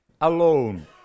alone